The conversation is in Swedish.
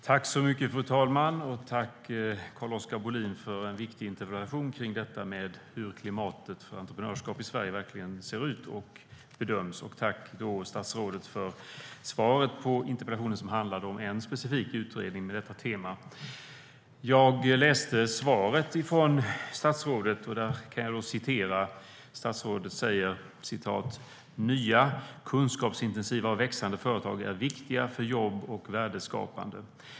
Fru talman! Tack, Carl-Oskar Bohlin, för en viktig interpellation om hur klimatet för entreprenörskap i Sverige verkligen ser ut och bedöms. Tack, statsrådet, för svaret på interpellationen, som handlade om en specifik utredning med detta tema. Jag hörde svaret från statsrådet. Statsrådet säger: "Nya, kunskapsintensiva och växande företag är viktiga för jobb och värdeskapande.